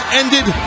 ended